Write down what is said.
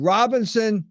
Robinson